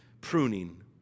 pruning